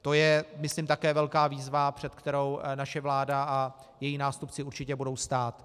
To je myslím také velká výzva, před kterou naše vláda a její nástupci určitě budou stát.